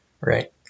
right